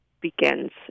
begins